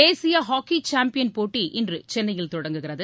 தேசிய hockey champion போட்டி இன்று சென்னையில் தொடங்குகிறது